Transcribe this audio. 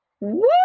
Woo